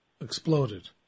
Exploded